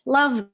Love